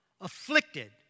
afflicted